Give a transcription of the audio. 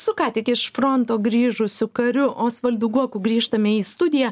su ką tik iš fronto grįžusiu kariu osvaldu guoku grįžtame į studiją